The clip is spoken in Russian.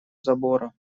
забора